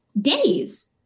days